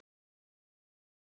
[oh]-my-god